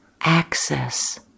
access